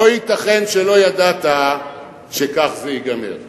לא ייתכן שלא ידעת שכך זה ייגמר.